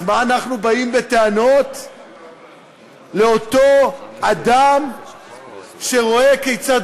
אז מה אנחנו באים בטענות לאותו אדם שרואה כיצד